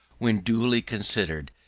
when duly considered,